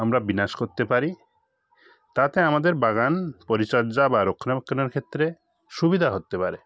আমরা বিনাশ করতে পারি তাতে আমাদের বাগান পরিচর্যা বা রক্ষণাবেক্ষণের ক্ষেত্রে সুবিধা হতে পারে